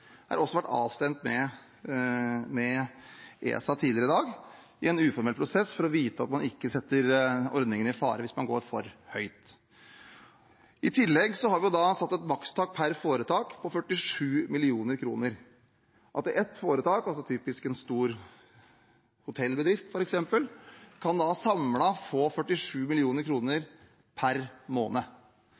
også har vært avstemt med ESA tidligere i dag i en uformell prosess, for å vite at man ikke setter ordningen i fare hvis man går for høyt. I tillegg har vi satt et makstak per foretak på 47 mill. kr. Ett foretak – typisk en stor hotellbedrift, f.eks. – kan da samlet få 47 mill. kr per måned.